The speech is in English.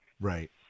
right